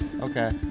Okay